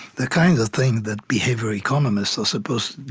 the kinds of things that behavioral economists are supposed